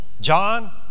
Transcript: John